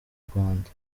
rwanda